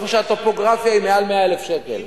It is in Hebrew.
במקומות שבגלל הטופוגרפיה זה מעל 100,000 שקל.